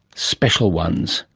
special ones,